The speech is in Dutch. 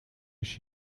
als